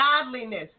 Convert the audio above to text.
godliness